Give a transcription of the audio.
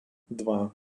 два